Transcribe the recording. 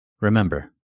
Remember